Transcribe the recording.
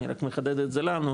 אני רק מחדד את זה לנו,